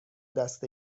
دست